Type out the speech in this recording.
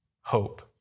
hope